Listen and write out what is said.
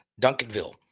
Duncanville